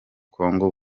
congo